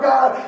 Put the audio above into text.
God